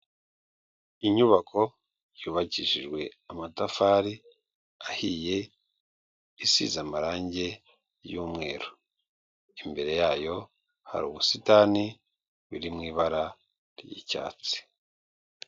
Inyubako yubakishijwe amatafari ahiye isize amarangi y'umweru, imbere yayo hari ubusitani buri mu ibara ry'icyatsi.